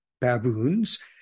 baboons